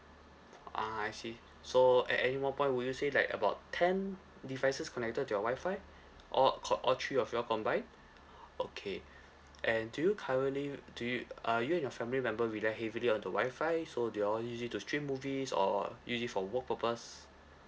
ah I see so at any one point would you say like about ten devices connected to your wifi all co~ all three of you all combine okay and do you currently do you are you and your family member rely heavily on the wifi so they all use it to stream movies or use it for work purpose